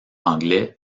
anglais